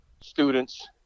students